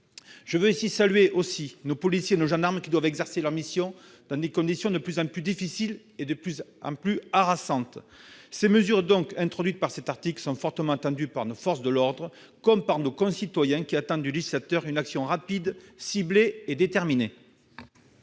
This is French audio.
Je veux saluer ici nos policiers et nos gendarmes, qui doivent exercer leurs missions dans des conditions de plus en plus difficiles et harassantes. Les mesures introduites par cet article sont attendues tant par nos forces de l'ordre que par nos concitoyens, qui attendent du législateur une action rapide, ciblée et déterminée.